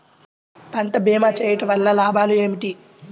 పంట భీమా చేయుటవల్ల లాభాలు ఏమిటి?